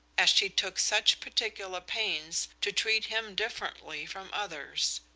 as she took such particular pains to treat him differently from others.